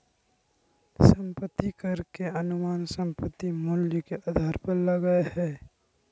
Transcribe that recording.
संपत्ति कर के अनुमान संपत्ति मूल्य के आधार पर लगय हइ